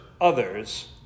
others